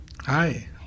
Hi